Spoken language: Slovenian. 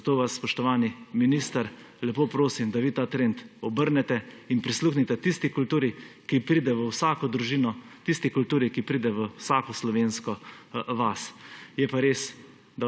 zato vas, spoštovani minister, lepo prosim, da vi ta trend obrnete in prisluhnete tisti kulturi, ki pride v vsako družino, tisti kulturi, ki pride v vsako slovensko vas. Je pa res,